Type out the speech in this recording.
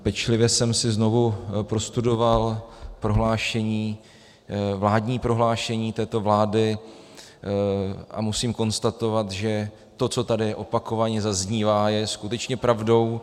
Pečlivě jsem si znovu prostudoval vládní prohlášení této vlády a musím konstatovat, že to, co tady opakovaně zaznívá, je skutečně pravdou.